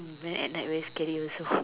mm then at night very scary also